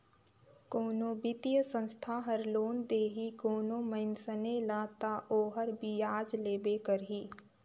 कोनो बित्तीय संस्था हर लोन देही कोनो मइनसे ल ता ओहर बियाज लेबे करही